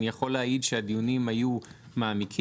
אני יכול להעיד שהדיונים היו מעמיקים,